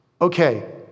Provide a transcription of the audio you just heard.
Okay